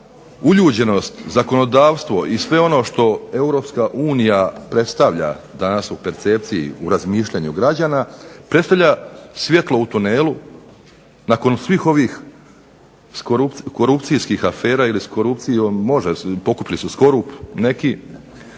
uljuđenost, zakonodavstvo i sve ono što Europska unija predstavlja u percepciji građana, predstavlja svjetlo u tunelu nakon svih ovih korupcijskih afera, ili s korupcijom, pokupili su skorup